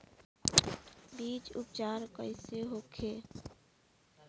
बीज उपचार कइसे होखे?